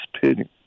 pity